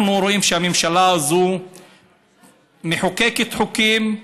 אנחנו רואים שהממשלה הזאת מחוקקת חוקים,